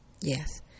Yes